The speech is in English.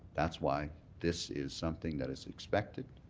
that's why this is something that is expected,